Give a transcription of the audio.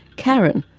karen,